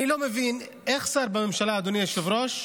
אני לא מבין איך שר בממשלה, אדוני היושב-ראש,